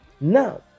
Now